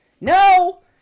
No